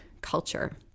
culture